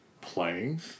playing